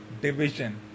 division